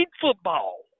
football